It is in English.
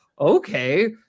okay